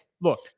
look